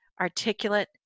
articulate